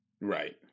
right